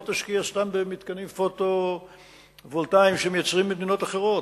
תשקיע סתם במתקנים שמייצרים במדינות אחרות,